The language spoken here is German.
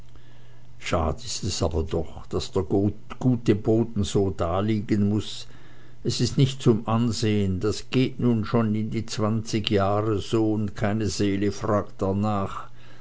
schad ist es aber doch daß der gute boden so daliegen muß es ist nicht zum ansehen das geht nun schon in die zwanzig jahre so und keine seele fragt darnach